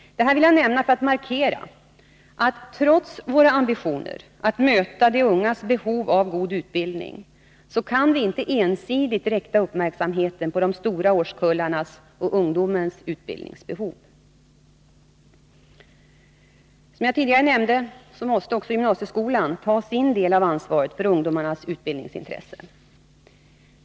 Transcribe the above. Jag vill nämna detta för att markera, att trots våra ambitioner att möta de ungas behov av god utbildning, kan vi inte ensidigt rikta uppmärksamheten på de stora årskullarnas och ungdomens utbildningsbehov. Som jag tidigare nämnde måste också gymnasieskolan ta sin del av ansvaret för ungdomarnas utbildningsintresse.